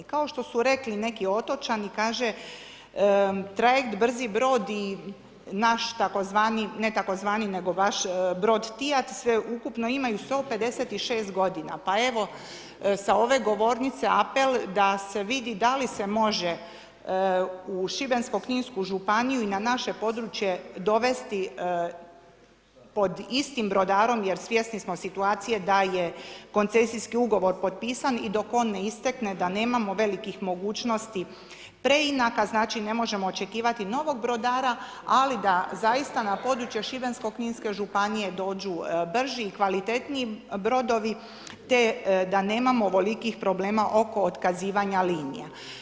Kao što su rekli neki otočani, trajekt Brzi brod i vaš brod Tijat, sveukupno imaju 156 godina, pa evo sa ove govornice apel da se vidi da li se može u Šibensko-kninsku županiju i na naše područje dovesti pod istim brodarom jer svjesni smo situacije da je koncesijski ugovor potpisan, i dok on ne istekne, da nemamo velikih mogućnosti preinaka, znači ne možemo očekivati novog brodara ali da zaista na području Šibensko-kninske županije dođu brži i kvalitetniji brodovi te da nemamo ovolikih problema oko otkazivanja linija.